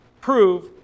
prove